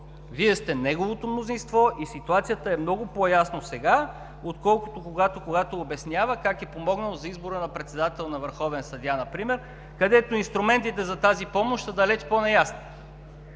Вие сте неговото мнозинство и ситуацията е много по-ясна сега, отколкото, когато обяснява как е помогнал за избора на председател на върховен съдия например, където инструментите за тази помощ са далеч по-неясни.